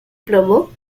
plomo